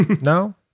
No